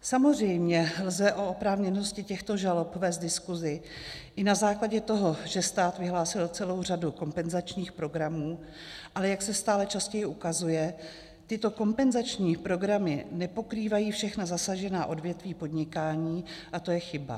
Samozřejmě lze o oprávněnosti těchto žalob vést diskuzi i na základě toho, že stát vyhlásil celou řadu kompenzačních programů, ale jak se stále častěji ukazuje, tyto kompenzační programy nepokrývají všechna zasažená odvětví podnikání a to je chyba.